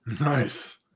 Nice